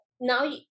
now